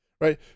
right